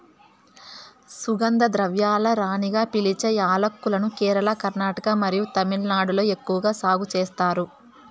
సుగంధ ద్రవ్యాల రాణిగా పిలిచే యాలక్కులను కేరళ, కర్ణాటక మరియు తమిళనాడులో ఎక్కువగా సాగు చేస్తారు